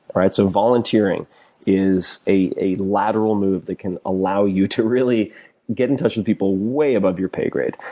alright? so volunteering is a lateral move that can allow you to really get in touch with people way above your pay grade.